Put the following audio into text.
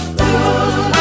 good